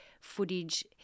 footage